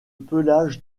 pelage